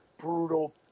brutal